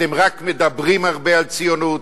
אתם רק מדברים הרבה על ציונות,